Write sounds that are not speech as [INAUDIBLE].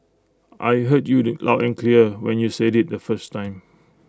I heard you [UNINTELLIGIBLE] loud and clear when you said IT the first time